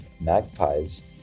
magpies